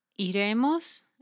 Iremos